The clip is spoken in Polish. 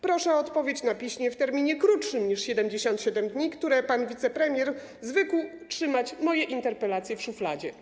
Proszę o odpowiedź na piśmie w terminie krótszym niż 77 dni, bo tyle pan wicepremier zwykł trzymać moje interpelacje w szufladzie.